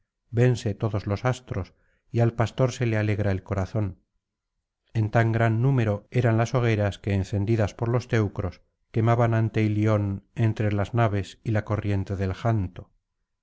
vense todos los astros y al pastor se le alegra el corazón en tan gran número eran las hogueras que encendidas por los teucros quemaban ante ilion entre las naves y la corriente del janto